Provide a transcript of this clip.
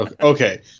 Okay